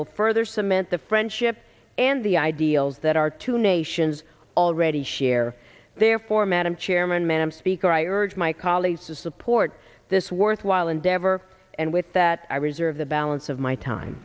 will further cement the friendship and the ideals that our two nations already share therefore madam chairman madam speaker i urge my colleagues to support this worthwhile endeavor and with that i reserve the balance of my time